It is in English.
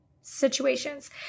situations